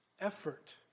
effort